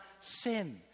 sin